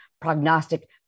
prognostic